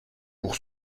pour